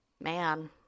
man